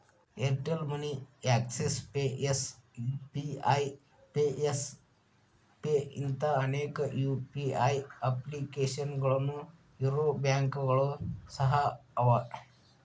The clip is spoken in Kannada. Airtel money Axis pay SBI pay Yes pay ಇಂಥಾ ಅನೇಕ ಯು.ಪಿ.ಐ ಅಪ್ಲಿಕೇಶನ್ಗಳು ಇರೊ ಬ್ಯಾಂಕುಗಳು ಸಹ ಅವ